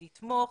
לתמוך,